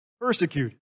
persecuted